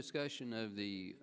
discussion of the